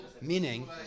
Meaning